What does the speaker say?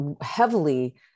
heavily